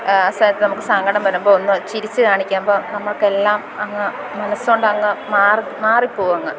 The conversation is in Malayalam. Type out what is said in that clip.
ആ സ്ഥാനത്ത് നമുക്ക് സങ്കടം വരുമ്പോൾ ഒന്ന് ചിരിച്ച് കാണിക്കുമ്പം നമുക്കെല്ലാം അങ്ങ് മനസോണ്ടങ്ങ് മാറും മാറിപ്പോകുമങ്ങ്